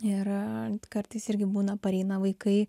ir kartais irgi būna pareina vaikai